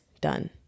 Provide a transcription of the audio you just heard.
done